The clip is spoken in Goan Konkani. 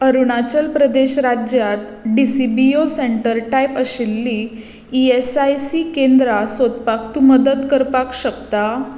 अरुणाचल प्रदेश राज्यांत डीसीबीओ सेंटर टायप आशिल्लीं ई एस आय सी केंद्रां सोदपाक तूं मदत करपाक शकता